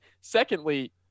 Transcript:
Secondly